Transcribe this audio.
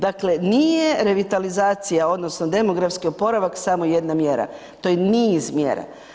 Dakle, nije revitalizacija odnosno demografski oporavak samo jedna mjera, to je niz mjera.